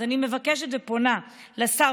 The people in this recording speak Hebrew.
אני מבקשת ופונה לשר,